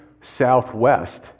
southwest